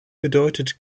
bedeutet